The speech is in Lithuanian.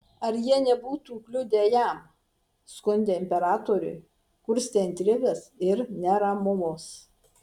ar jie nebūtų kliudę jam skundę imperatoriui kurstę intrigas ir neramumus